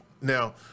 now